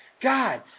God